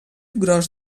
gros